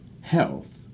health